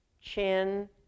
chin